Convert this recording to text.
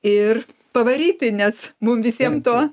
ir pavaryti nes mum visiem to